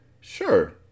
Sure